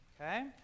Okay